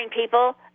people